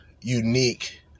unique